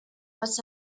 must